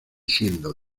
siendo